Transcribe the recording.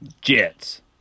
Jets